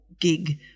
gig